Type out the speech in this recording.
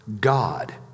God